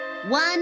One